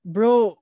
Bro